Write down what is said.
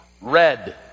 red